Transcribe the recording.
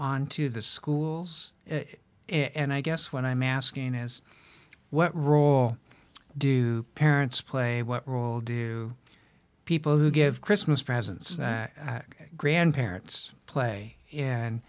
onto the schools and i guess what i'm asking is what role do parents play what role do people who give christmas presents and grandparents play and